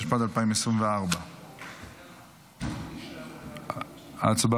התשפ"ד 2024. הצבעה.